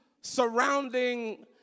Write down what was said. surrounding